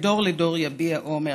ודור לדור יביע אומר,